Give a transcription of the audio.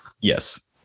Yes